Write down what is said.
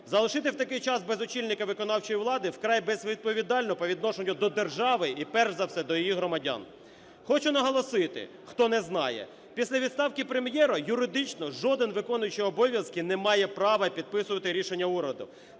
Залишити в такий час без очільника виконавчої влади вкрай безвідповідально по відношенню до держави і, перш за все, до її громадян. Хочу наголосити, хто не знає, після відставки Прем'єра юридично жоден виконуючий обов'язки не має права підписувати рішення уряду.